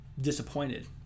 disappointed